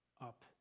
up